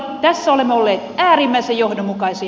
tässä olemme olleet äärimmäisen johdonmukaisia